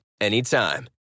anytime